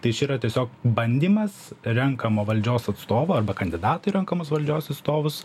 tai čia yra tiesiog bandymas renkamo valdžios atstovo arba kandidato į renkamus valdžios atstovus